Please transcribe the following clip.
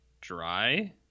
dry